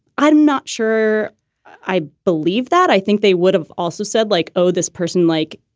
i'm not sure i believe that. i think they would have also said, like, oh, this person, like,